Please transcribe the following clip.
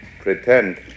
pretend